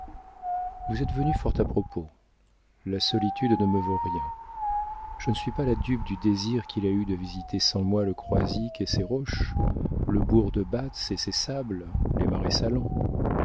vous êtes venu fort à propos la solitude ne me vaut rien je ne suis pas la dupe du désir qu'il a eu de visiter sans moi le croisic et ses roches le bourg de batz et ses sables les marais salants